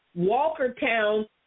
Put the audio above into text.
Walkertown